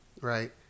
right